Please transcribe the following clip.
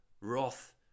wrath